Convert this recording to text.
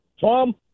Tom